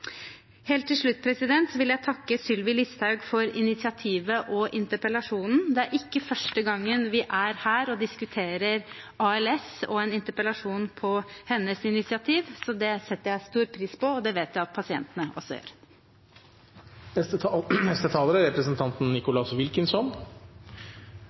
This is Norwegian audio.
Helt til slutt vil jeg takke Sylvi Listhaug for initiativet og interpellasjonen. Det er ikke første gang vi er her og diskuterer ALS og en interpellasjon på hennes initiativ, så det setter jeg stor pris på, og det vet jeg at pasientene også